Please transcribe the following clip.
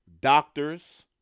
Doctors